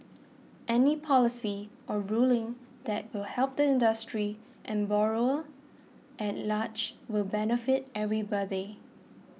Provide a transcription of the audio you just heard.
any policy or ruling that will help the industry the borrower at large will benefit everybody